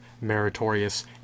meritorious